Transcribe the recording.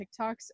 tiktoks